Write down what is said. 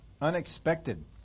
Unexpected